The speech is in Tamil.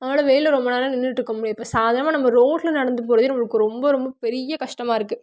அதனால் வெயிலில் ரொம்ப நேரம் நின்னுட்ருக்க முடியாது இப்போது சாதாரணமா நம்ம ரோட்தில் நடந்து போகிறதே நமக்கு ரொம்ப ரொம்ப பெரிய கஷ்டமாருக்கு